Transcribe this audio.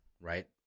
right